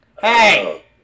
Hey